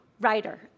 writer